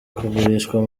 kugurishwa